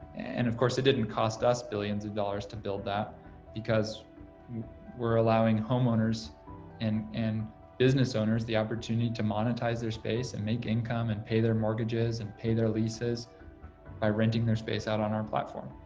and of course, it didn't cost us billions of dollars to build that because we're allowing homeowners and and business owners the opportunity to monetize their space and make income and pay their mortgages and pay their leases by renting their space out on our platform.